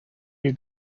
you